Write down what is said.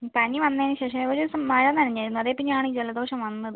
പനി വന്നതിന് ശേഷം ഒരു ദിവസം മഴ നനഞ്ഞിരുന്നു അതേ പിന്നെയാണ് ജലദോഷം വന്നത്